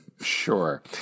Sure